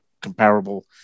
comparable